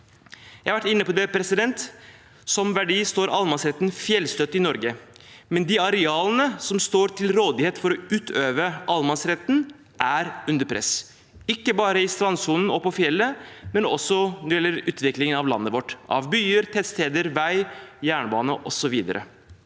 Jeg har vært inne på det: Som verdi står allemannsretten fjellstøtt i Norge, men de arealene som står til rådighet for å utøve allemannsretten, er under press, ikke bare i strandsonen og på fjellet, men også når det gjelder utviklingen av landet vårt – av byer, tettsteder, vei, jernbane, osv.